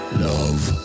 love